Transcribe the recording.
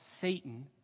Satan